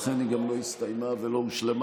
ולכן היא גם לא הסתיימה ולא הושלמה,